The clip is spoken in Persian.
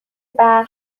برق